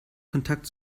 kontakt